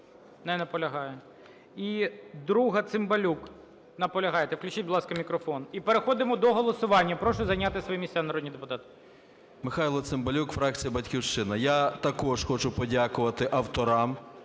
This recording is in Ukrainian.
Не наполягає. І 2-а, Цимбалюк. Наполягає. Включіть, будь ласка, мікрофон. І переходимо до голосування, прошу зайняти свої місця, народні депутати. 16:38:44 ЦИМБАЛЮК М.М. Михайло Цимбалюк, фракція "Батьківщина". Я також хочу подякувати авторам,